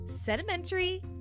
sedimentary